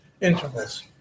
intervals